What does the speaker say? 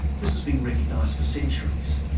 this has been recognised for centuries.